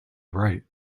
right